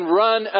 run